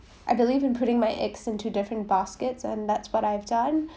I believe in putting my eggs into different baskets and that's what I've done